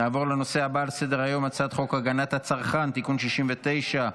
נעבור לנושא הבא על סדר-היום: הצעת חוק הגנת הצרכן (תיקון מס' 69),